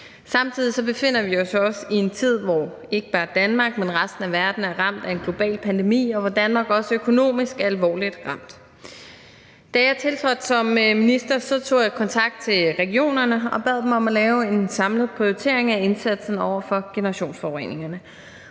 Samtidig befinder vi os også i en tid, hvor ikke bare Danmark, men også resten af verden er ramt af en global pandemi, og hvor Danmark også økonomisk er alvorligt ramt. Da jeg tiltrådte som minister, tog jeg kontakt til regionerne og bad dem om at lave en samlet prioritering af indsatsen over for generationsforureningerne.